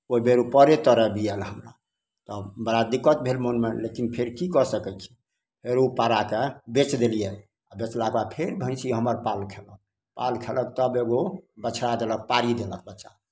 ओइबेर पाड़े हमरा बड़ा दिक्कत भेल मोनमे लेकिन फेर की कऽ सकय छी फेर पाड़ाके बेच देलियै आओर बेचलाके बाद फेर भैंसी हमर पाल खयलक पाल खयलक तब एगो बछड़ा देलक पाड़ी देलक बच्चा